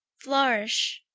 flourish.